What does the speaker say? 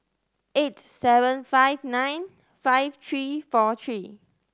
eight seven five nine five three four three